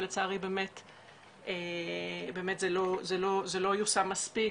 ולצערי באמת זה לא יושם מספיק,